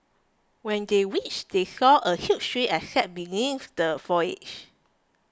when they reached they saw a huge tree and sat beneath the foliage